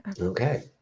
Okay